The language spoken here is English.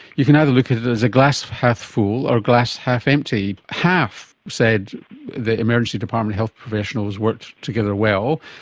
you can either look at it as a glass half full or glass half empty. half said that emergency department health professionals worked together well,